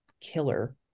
killer